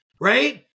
right